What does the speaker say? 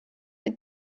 with